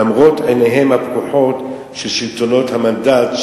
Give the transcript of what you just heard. למרות עיניהם הפקוחות של שלטונות המנדט,